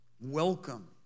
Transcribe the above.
welcome